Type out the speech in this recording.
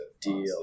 deal